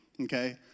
Okay